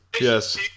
Yes